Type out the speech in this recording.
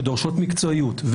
שדורשות מקצועיות,